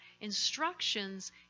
Instructions